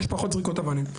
יש פחות זריקות אבנים.